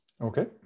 Okay